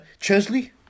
Chesley